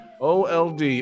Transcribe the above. old